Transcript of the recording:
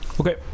Okay